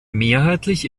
mehrheitlich